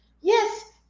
Yes